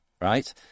right